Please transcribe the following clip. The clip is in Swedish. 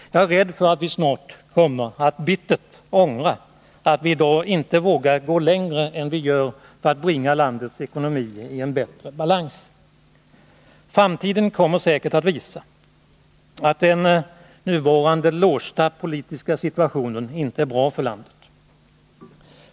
Jag är rädd för att vi snart kommer att bittert ångra att vi i dag inte vågar gå längre än vi gör för att bringa landets ekonomi i en bättre balans. Framtiden kommer säkert att visa att den nuvarande låsta politiska situationen inte är bra för det här landet.